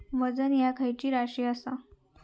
वजन ह्या खैची राशी असा?